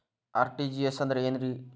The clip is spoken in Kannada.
ಆರ್.ಟಿ.ಜಿ.ಎಸ್ ಅಂದ್ರ ಏನ್ರಿ?